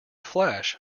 flash